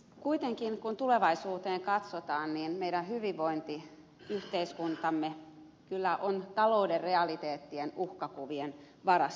kuitenkin kun tulevaisuuteen katsotaan niin meidän hyvinvointiyhteiskuntamme kyllä on talouden realiteettien uhkakuvien varassa